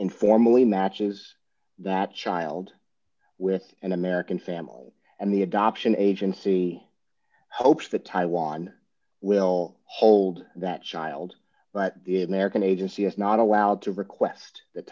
informally matches that child with an american family and the adoption agency hopes the taiwan will hold that child but the american agency is not allowed to request that